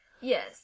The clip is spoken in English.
Yes